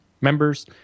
members